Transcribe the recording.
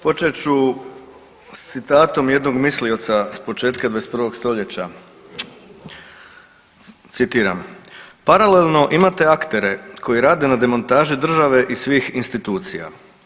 Počet ću sa citatom jednog mislioca sa početka 21. stoljeća, citiram: „Paralelno imate aktere koji rade na demontaži države i svih institucija.